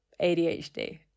ADHD